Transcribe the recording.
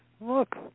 look